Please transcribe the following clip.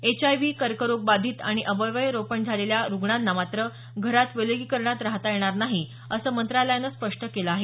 HIV कर्करोग बाधित आणि अवयव रोपण झालेल्या रुग्णांना मात्र घरात विलगीकरणात राहता येणार नाही असं मंत्रालयानं स्पष्ट केलं आहे